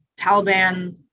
Taliban